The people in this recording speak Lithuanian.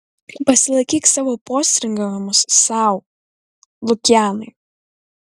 pasilaikyk savo postringavimus sau lukianai